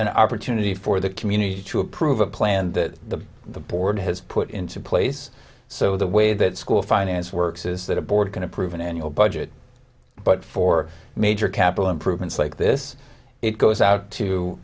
an opportunity for the community to approve a plan that the board has put into place so the way that school finance works is that a board can approve an annual budget but for major capital improvements like this it goes out to